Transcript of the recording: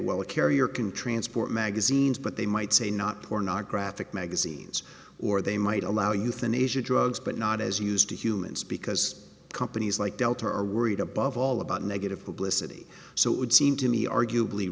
well a carrier can transport magazines but they might say not porn are graphic magazines or they might allow youth in asia drugs but not as used to humans because companies like delta are worried above all about negative publicity so it would seem to me arguably